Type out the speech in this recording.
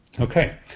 Okay